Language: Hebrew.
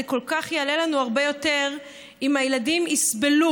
זה כל כך יעלה לנו הרבה יותר אם הילדים יסבלו.